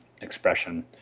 expression